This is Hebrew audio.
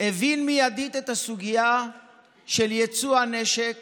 הבין מיידית את הסוגיה של יצוא הנשק